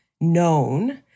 known